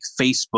Facebook